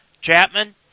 Chapman